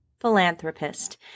philanthropist